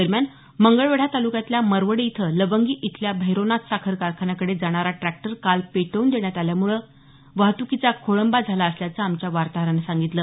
दरम्यान मंगळवेढा तालुक्यातल्या मरवडे इथं लवंगी इथल्या भैरवनाथ साखर कारखान्याकडे जाणारा ट्रॅक्टर काल पेटवून देण्यात आल्यामुळ वाहतुकीचा खोळबा झाला असल्याचं आमच्या वातोहरानं सांगितलं